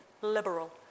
liberal